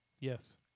Yes